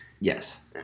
Yes